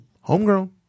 homegrown